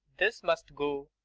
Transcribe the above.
this must go.